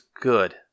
good